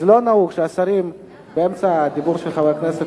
לא נהוג שהשרים מתערבים באמצע הדיבור של חברי כנסת,